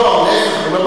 לא מסכים לחוק.